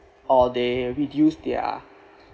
or they reduce their